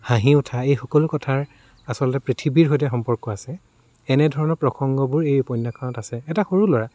হাঁহি উঠা এই সকলো কথাৰ আচলতে পৃথিৱীৰ সৈতে সম্পৰ্ক আছে এনেধৰণৰ প্ৰসংগবোৰ এই উপন্যাসখনত আছে এটা সৰু ল'ৰা